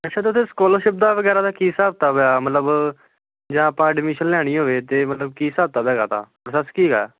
ਅੱਛਾ ਅਤੇ ਉੱਥੇ ਸਕੋਲਰਸ਼ਿਪ ਦਾ ਵਗੈਰਾ ਦਾ ਕੀ ਹਿਸਾਬ ਕਿਤਾਬ ਆ ਮਤਲਬ ਜਾਂ ਆਪਾਂ ਐਡਮਿਸ਼ਨ ਲੈਣੀ ਹੋਵੇ ਤਾਂ ਮਤਲਬ ਕੀ ਹਿਸਾਬ ਕਿਤਾਬ ਹੈਗਾ ਦਾ ਪ੍ਰੋਸੈੱਸ ਕੀ ਹੈਗਾ